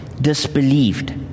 disbelieved